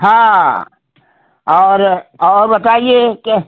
हाँ और और बताइए के